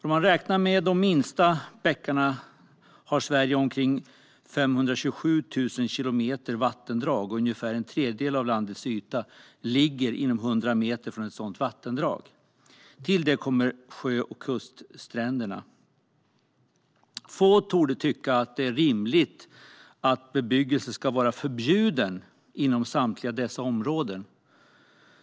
Om man räknar med de minsta bäckarna har Sverige omkring 527 000 kilometer vattendrag. Ungefär en tredjedel av landets yta ligger inom 100 meter från ett sådant vattendrag. Till detta kommer sjö och kuststränderna. Få torde tycka att det är rimligt att bebyggelse ska vara förbjuden inom samtliga dessa områden.